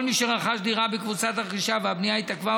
כל מי שרכש דירה בקבוצת הרכישה והבנייה התעכבה,